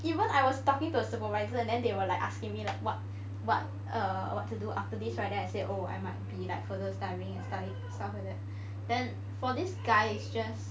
even I was talking to a supervisor then they were like asking me like what what err what to do after this right then I said oh I might be like further studying and stuff like that then for this guy is just